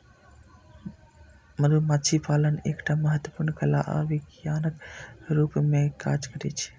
मधुमाछी पालन एकटा महत्वपूर्ण कला आ विज्ञानक रूप मे काज करै छै